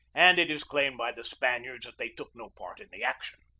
and it is claimed by the span iards that they took no part in the action.